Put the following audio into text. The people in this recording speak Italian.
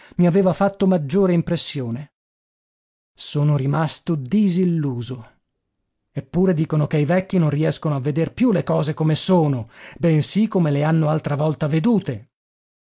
mi aveva fatto maggiore impressione sono rimasto disilluso eppure dicono che i vecchi non riescono a veder più le cose come sono bensì come le hanno altra volta vedute